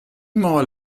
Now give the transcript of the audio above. more